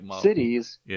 cities